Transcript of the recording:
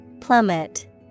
plummet